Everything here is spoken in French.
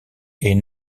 est